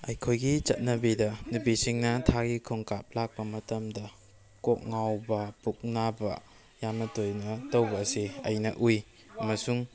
ꯑꯩꯈꯣꯏꯒꯤ ꯆꯠꯅꯕꯤꯗ ꯅꯨꯄꯤꯁꯤꯡꯅ ꯊꯥꯒꯤ ꯈꯣꯡꯀꯥꯞ ꯂꯥꯛꯄ ꯃꯇꯝꯗ ꯀꯣꯛ ꯉꯥꯎꯕ ꯄꯨꯛ ꯅꯥꯕ ꯌꯥꯝꯅ ꯇꯣꯏꯅ ꯇꯧꯕ ꯑꯁꯤ ꯑꯩꯅ ꯎꯏ ꯑꯃꯁꯨꯉ